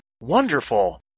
wonderful